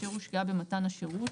אשר הושקעה במתן השירות,